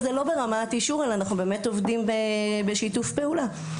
זה לא ברמת אישור אלא אנחנו עובדים בשיתוף פעולה.